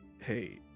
hey